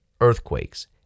earthquakes